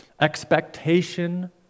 expectation